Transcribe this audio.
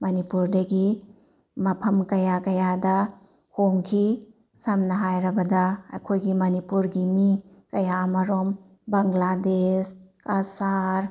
ꯃꯅꯤꯄꯨꯔꯗꯒꯤ ꯃꯐꯝ ꯀꯌꯥ ꯀꯌꯥꯗ ꯍꯣꯡꯈꯤ ꯁꯝꯅ ꯍꯥꯏꯔꯕꯗ ꯑꯩꯈꯣꯏꯒꯤ ꯃꯅꯤꯄꯨꯔꯒꯤ ꯃꯤ ꯀꯌꯥꯃꯔꯨꯝ ꯕꯪꯂꯥꯗꯦꯁ ꯀꯁꯥꯔ